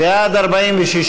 להביע אי-אמון בממשלה לא נתקבלה.